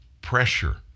Pressure